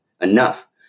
enough